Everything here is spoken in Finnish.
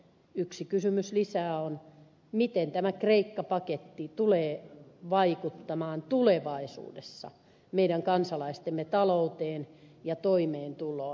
yksi kysymys lisää on miten tämä kreikka paketti tulee vaikuttamaan tulevaisuudessa meidän kansalaistemme talouteen ja toimeentuloon